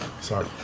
Sorry